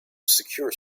secure